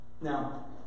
Now